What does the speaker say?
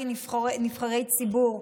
כנבחרי ציבור.